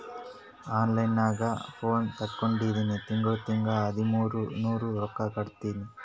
online ನಾಗ್ ನಾ phone ತಗೊಂಡಿನಿ ತಿಂಗಳಾ ತಿಂಗಳಾ ಹದಿಮೂರ್ ನೂರ್ ರೊಕ್ಕಾ ಕಟ್ಟತ್ತಿನಿ